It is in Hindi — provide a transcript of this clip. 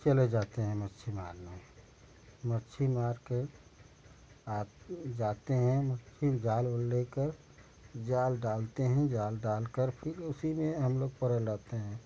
फिर चले जाते हैं मछली मारने मछली मार कर आ जाते हैं फिर जाल उल लेकर जाल डालते हैं जाल डालकर फिर उसी में हम लोग पड़े रहते हैं